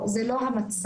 זה לא המצב.